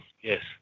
Yes